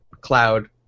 cloud